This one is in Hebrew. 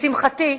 לשמחתי,